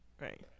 Right